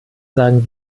sagen